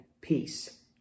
peace